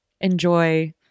enjoy